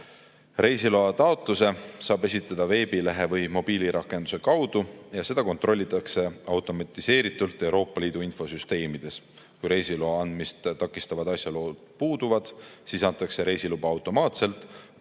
Reisiloa taotluse saab esitada veebilehe või mobiilirakenduse kaudu ja seda kontrollitakse automatiseeritult Euroopa Liidu infosüsteemides. Kui reisiloa andmist takistavad asjaolud puuduvad, siis antakse reisiluba automaatselt.